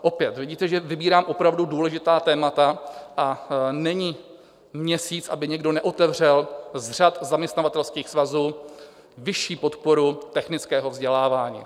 Opět vidíte, že vybírám opravdu důležitá témata, a není měsíc, aby někdo neotevřel z řad zaměstnavatelských svazů vyšší podporu technického vzdělávání.